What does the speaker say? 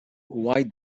why